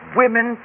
women